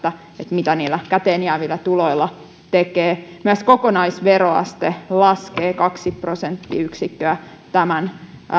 mitä niillä käteen jäävillä tuloilla tekee myös kokonaisveroaste laskee kaksi prosenttiyksikköä tämän